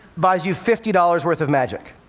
buys you fifty dollars worth of magic.